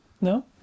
No